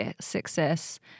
success